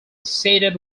associated